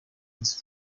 inzu